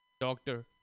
doctor